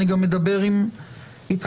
אני גם אדבר אתכם,